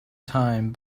time